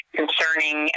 concerning